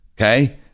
okay